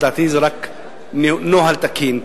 לדעתי זה רק נוהל תקין.